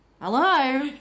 Hello